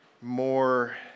more